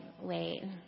wait